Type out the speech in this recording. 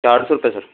چار سو تک ہے